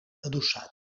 adossat